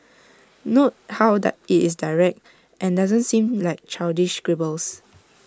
note how that IT is direct and doesn't seem like childish scribbles